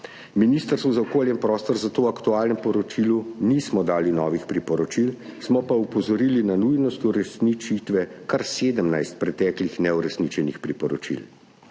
Ministrstvu za okolje in prostor zato v aktualnem poročilu nismo dali novih priporočil, smo pa opozorili na nujnost uresničitve kar 17 preteklih neuresničenih priporočil.